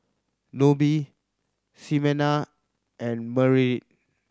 Nobie Ximena and Merritt